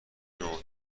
نوع